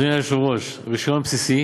אדוני היושב-ראש, רישיון בסיסי,